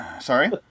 Sorry